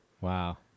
Wow